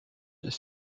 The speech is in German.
ist